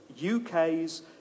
UK's